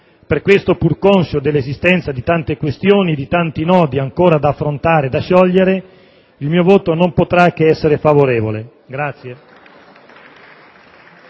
Per questo, pur conscio dell'esistenza di tante questioni e nodi ancora da affrontare e sciogliere, il mio voto non potrà che essere favorevole.*(Applausi